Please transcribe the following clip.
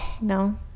no